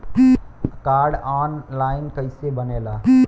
Card online कइसे बनेला?